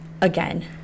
again